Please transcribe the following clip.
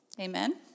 Amen